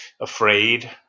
afraid